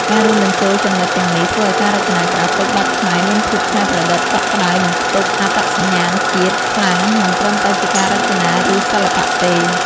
ការរួមបញ្ចូលចំណុចទាំងនេះធ្វើឲ្យការរចនាក្រាហ្វិកបែបខ្មែរមានភាពច្នៃប្រឌិត កក់ក្តៅ និងផ្ទុកអត្តសញ្ញាណជាតិខ្លាំង មិនត្រឹមតែជាការរចនា ឬសិល្បៈទេ។